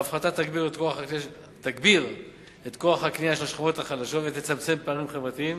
ההפחתה תגביר את כוח הקנייה של השכבות החלשות ותצמצם פערים חברתיים,